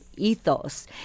ethos